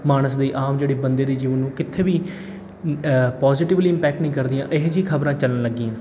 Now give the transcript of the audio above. ਮਾਨਸ ਦੀ ਆਮ ਜਿਹੜੇ ਬੰਦੇ ਦੇ ਜੀਵਨ ਨੂੰ ਕਿੱਥੇ ਵੀ ਅ ਪੋਜੀਟਿਵਲੀ ਇਮਪੈਕਟ ਨਹੀਂ ਕਰਦੀਆਂ ਇਹੋ ਜਿਹੀ ਖ਼ਬਰਾਂ ਚੱਲਣ ਲੱਗੀਆਂ